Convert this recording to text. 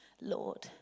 Lord